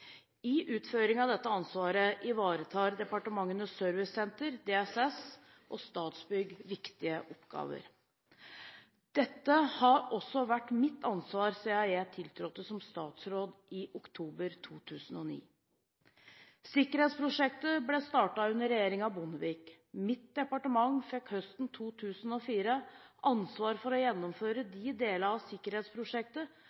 I utføringen av dette ansvaret ivaretar Departementenes servicesenter, DSS, og Statsbygg viktige oppgaver. Dette har også vært mitt ansvar siden jeg tiltrådte som statsråd i oktober 2009. Sikkerhetsprosjektet ble startet under regjeringen Bondevik. Mitt departement fikk høsten 2004 ansvaret for å gjennomføre